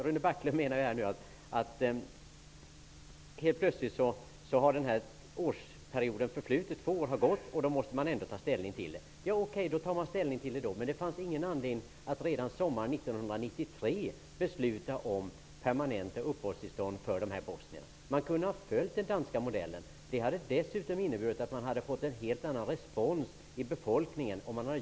Rune Backlund menar att man ändå måste ta ställning till frågan när två år har gått. Okej -- då tar man ställning till frågan då. Men det fanns igen anledning att redan sommaren 1993 besluta om permanenta uppehållstillstånd för dessa bosnier. Vi kunde ha följt den danska modellen. Det hade dessutom inneburit att vi hade fått en helt annan respons hos befolkningen.